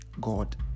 God